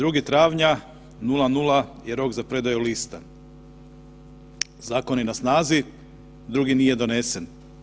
2. travnja u 00 je rok za predaju lista, zakon je na snazi, drugi nije donesen.